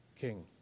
King